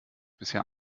bisher